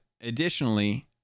additionally